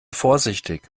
vorsichtig